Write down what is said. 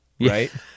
Right